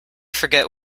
forget